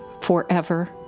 forever